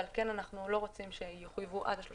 ועל כן אנחנו לא רוצים שיחויבו עד 31